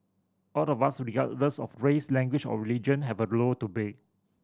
out of us regardless of race language or religion have a role to play